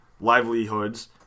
livelihoods